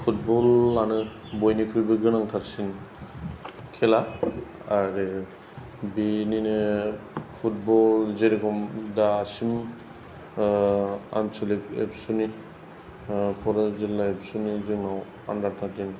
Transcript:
फुटबलानो बयनिख्रुइबो गोनांथारसिन खेला आरो बेनिनो फुटबल जेरखम दासिम आन्सलिक एबसुनि क'क्राझार जिल्ला एबसुनि दिनाव आन्डार थार्टिन